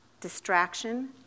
distraction